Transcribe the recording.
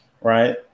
right